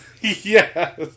Yes